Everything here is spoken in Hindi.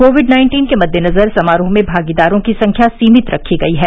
कोविड नाइन्टीन के मद्देनजर समारोह में भागीदारों की संख्या सीमित रखी गयी है